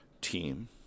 team